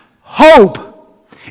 Hope